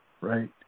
right